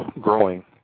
growing